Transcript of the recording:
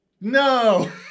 No